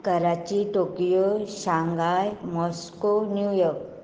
Karachi Tokyo Shanghai Moscow New York